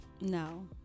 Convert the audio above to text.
no